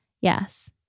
Yes